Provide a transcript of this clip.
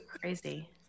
crazy